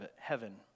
heaven